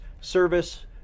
service